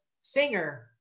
singer